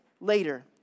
later